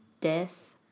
death